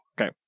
Okay